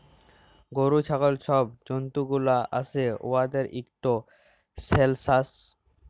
গরু, ছাগল ছব জল্তুগুলা আসে উয়াদের ইকট সেলসাস